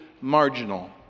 marginal